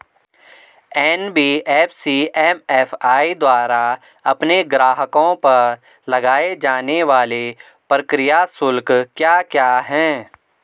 NBFC MFI द्वारा अपने ग्राहकों पर लगाए जाने वाले प्रक्रिया शुल्क क्या क्या हैं?